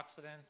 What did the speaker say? antioxidants